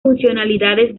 funcionalidades